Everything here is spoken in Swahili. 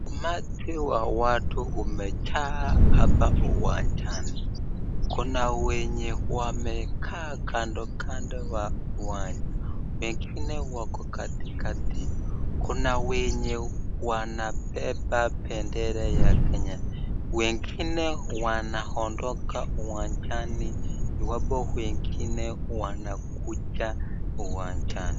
Umati wa watu umejaa hapa uwanjani, kuna wenye wamekaa kando kando wa uwanja. Wengine wako katikati, kuna wenye wanabeba bendera ya Kenya, wengine wanaondoka uwanjani iwapo wengine wanakuja uwanjani.